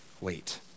wait